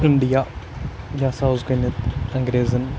India یہِ ہَسا اوس گۄڈٕنٮ۪تھ انٛگریزَن